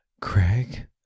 Craig